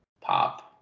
pop